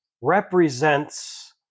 represents